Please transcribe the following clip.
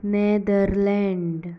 Netherlands